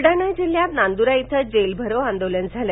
बुलडाणा जिल्ह्यात नांदरा इथे जेलभरो आंदोलन झालं